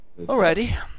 Alrighty